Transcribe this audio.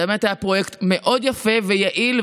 זה באמת היה פרויקט מאוד יפה ויעיל,